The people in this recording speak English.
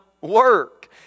work